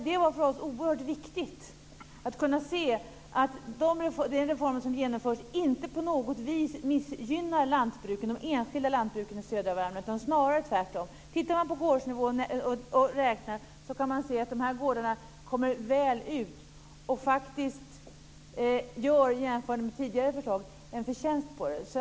Det var för oss oerhört viktigt att de reformer som genomförs inte på något vis missgynnar de enskilda lantbruken i södra Värmland, snarare tvärtom. Om man räknar på gårdsnivå kan man se att de här gårdarna kommer väl ut och faktiskt, jämfört med tidigare förslag, tjänar på reformen.